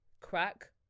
crack